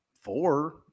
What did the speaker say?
four